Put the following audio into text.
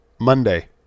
Monday